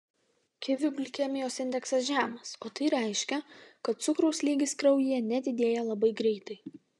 kivių glikemijos indeksas žemas o tai reiškia kad cukraus lygis kraujyje nedidėja labai greitai